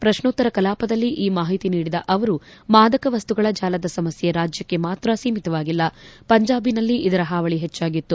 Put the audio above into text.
ಪ್ರಶ್ನೋತ್ತರ ಕಲಾಪದಲ್ಲಿ ಈ ಮಾಹಿತಿ ನೀಡಿದ ಅವರು ಮಾದಕ ವಸ್ತುಗಳ ಜಾಲದ ಸಮಸ್ಯೆ ರಾಜ್ಯಕ್ಷೆ ಮಾತ್ರ ಸೀಮಿತವಾಗಿಲ್ಲ ಪಂಜಾಬಿನಲ್ಲಿ ಇದರ ಹಾವಳಿ ಹೆಚ್ಚಾಗಿತ್ತು